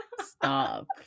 stop